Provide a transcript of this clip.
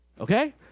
okay